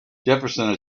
jefferson